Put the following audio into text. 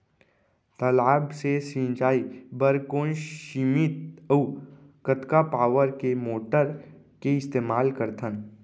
तालाब से सिंचाई बर कोन सीमित अऊ कतका पावर के मोटर के इस्तेमाल करथन?